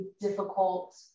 difficult